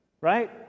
right